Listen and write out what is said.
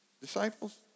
disciples